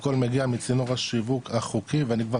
הכול מגיע מצינור השיווק החוקי ואני כבר